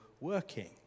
working